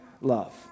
love